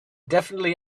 definitely